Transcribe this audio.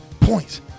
points